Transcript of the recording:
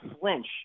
flinch